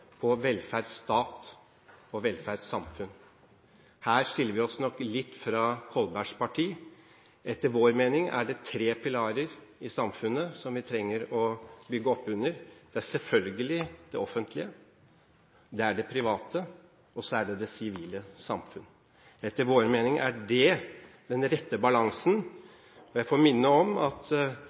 på en velferdsstat og et velferdssamfunn. Her skiller vi oss nok litt fra representanten Kolbergs parti. Etter vår mening er det tre pilarer i samfunnet som vi trenger å bygge opp under. Det er selvfølgelig det offentlige, det er det private, og så er det det sivile samfunn. Etter vår mening er det den rette balansen, og jeg vil minne om at